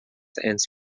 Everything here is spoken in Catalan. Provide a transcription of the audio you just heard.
ens